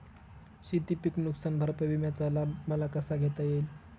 शेतीपीक नुकसान भरपाई विम्याचा लाभ मला कसा घेता येईल?